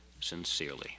Sincerely